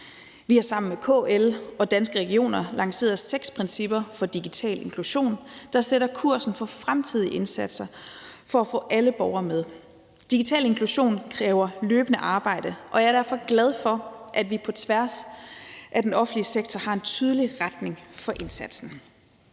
Vi har sammen med KL og Danske Regioner lanceret seks principper for digital inklusion, der sætter kursen for fremtidige indsatser, for at få alle borgere med. Digital inklusion kræver løbende arbejde, og jeg er derfor glad for, at vi på tværs af den offentlige sektor har en tydelig retning for indsatsen.